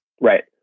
Right